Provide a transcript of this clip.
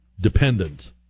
dependent